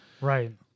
Right